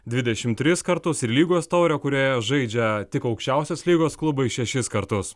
dvidešimt tris kartus ir lygos taurę kurioje žaidžia tik aukščiausios lygos klubai šešis kartus